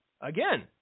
again